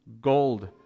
gold